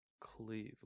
Cleveland